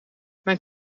mijn